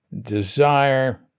desire